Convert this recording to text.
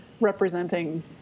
representing